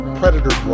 predator